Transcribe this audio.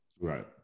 Right